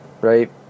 right